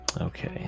okay